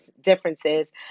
differences